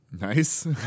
Nice